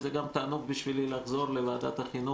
זה גם תענוג בשבילי לחזור לוועדת החינוך,